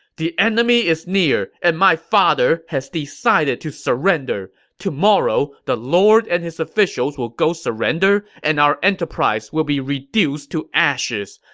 the enemy is near, and my father has decided to surrender. tomorrow, the lord and his officials will go surrender, and our enterprise will be reduced to ashes.